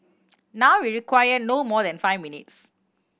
now we require no more than five minutes